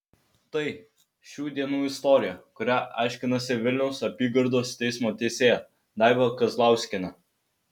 tai šių dienų istorija kurią aiškinasi vilniaus apygardos teismo teisėja daiva kazlauskienė